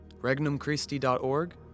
Regnumchristi.org